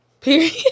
Period